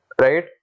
right